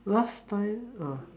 last time uh